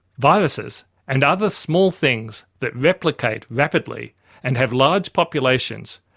viruses and other small things that replicate rapidly and have large populations,